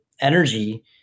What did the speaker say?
energy